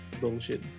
bullshit